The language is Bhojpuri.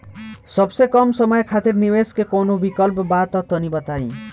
सबसे कम समय खातिर निवेश के कौनो विकल्प बा त तनि बताई?